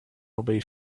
nobody